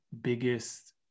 biggest